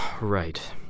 Right